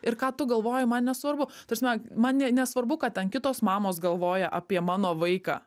ir ką tu galvoji man nesvarbu ta prasme man ne nesvarbu ką ten kitos mamos galvoja apie mano vaiką